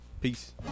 peace